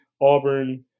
Auburn